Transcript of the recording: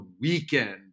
weekend